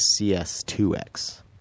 CS2X